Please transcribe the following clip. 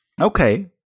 Okay